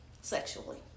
sexually